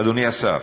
אדוני השר,